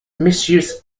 misuse